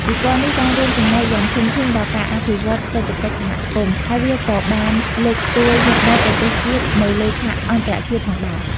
ពិព័រណ៍នេះបានរួមចំណែកយ៉ាងធំធេងដល់ការអភិវឌ្ឍន៍សេដ្ឋកិច្ចសហគមន៍ ហើយវាក៏បានលើកស្ទួយមុខមាត់ប្រទេសជាតិនៅលើឆាកអន្តរជាតិផងដែរ។